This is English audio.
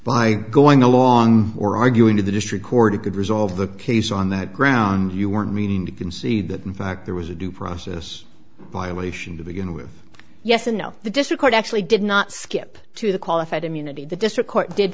by going along or arguing to the district court it could resolve the case on that ground you weren't meaning to concede that in fact there was a due process violation to begin with yes and no the district court actually did not skip to the qualified immunity the district court did